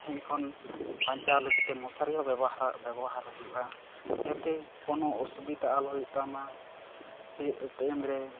ᱴᱷᱮᱱ ᱠᱷᱚᱱ ᱵᱟᱧᱪᱟᱣ ᱞᱟᱹᱜᱤᱫᱛᱮ ᱢᱚᱥᱟᱨᱤ ᱦᱚᱸ ᱵᱮᱵᱚᱦᱟᱨ ᱵᱮᱵᱚᱨᱟᱨ ᱦᱩᱭᱩᱜᱼᱟ ᱡᱟᱛᱮ ᱠᱳᱱᱳ ᱚᱥᱩᱵᱤᱛᱟ ᱟᱞᱚ ᱦᱩᱭᱩᱜ ᱛᱟᱭ ᱢᱟ ᱥᱮ ᱴᱟᱭᱤᱢ ᱨᱮ